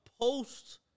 post-